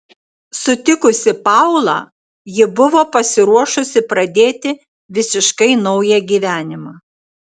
sutikusi paulą ji buvo pasiruošusi pradėti visiškai naują gyvenimą